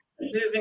moving